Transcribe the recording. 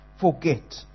forget